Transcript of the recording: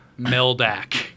Meldak